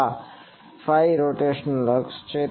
આ phi rotational અક્ષ છે